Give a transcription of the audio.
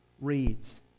reads